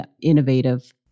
innovative